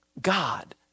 God